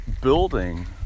building